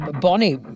Bonnie